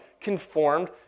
conformed